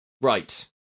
Right